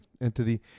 entity